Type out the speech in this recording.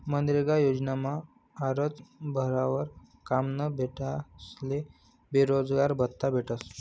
मनरेगा योजनामा आरजं भरावर काम न भेटनारस्ले बेरोजगारभत्त्ता भेटस